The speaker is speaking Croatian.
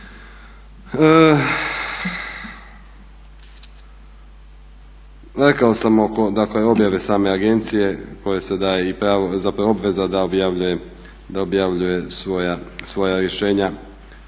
Rekao sam oko objave same agencije koje se daje i pravo, zapravo obveza da objavljuje svoja rješenja